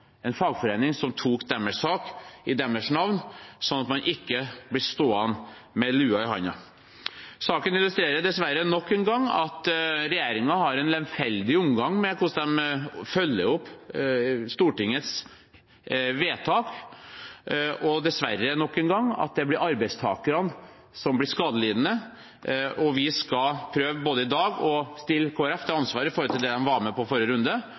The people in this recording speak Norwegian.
en fagforening som tok deres sak i deres navn, slik at man ikke blir stående med lua i hånda. Saken illustrerer dessverre nok en gang at regjeringen har en lemfeldig omgang med hvordan de følger opp Stortingets vedtak, og – dessverre også nok en gang – at det blir arbeidstakerne som blir skadelidende. Vi skal i dag både prøve å stille Kristelig Folkeparti til ansvar for det de var med på i forrige runde,